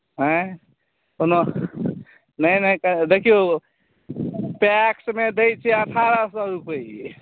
आँय कोनो नहि नहि देखियौ टैक्समे दैत छै अठारह सए रुपैए